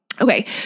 Okay